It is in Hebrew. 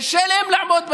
קשה להם לעמוד באמת.